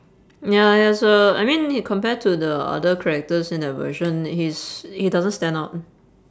ya ya so I mean compared to the other characters in that version he's he doesn't stand out